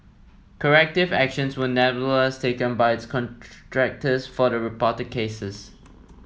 corrective actions were nevertheless taken by its contractors for the reported cases